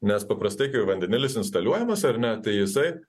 nes paprastai kai vandenilis instaliuojamas ar ne tai jisai